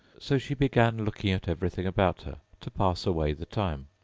so she began looking at everything about her, to pass away the time.